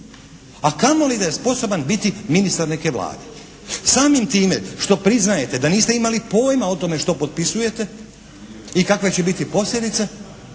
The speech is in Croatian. A kamo li da je sposoban biti ministar neke Vlade. Samim time što priznajete da niste imali pojma o tome što potpisujete i kakva će biti posljedica